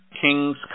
kings